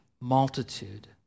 multitude